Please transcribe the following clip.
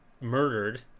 murdered